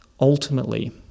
ultimately